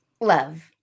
Love